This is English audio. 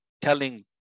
telling